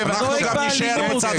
נוהג באלימות.